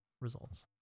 results